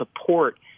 support